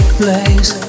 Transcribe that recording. place